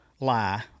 lie